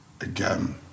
again